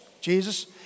Jesus